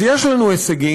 אז יש לנו הישגים,